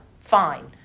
fine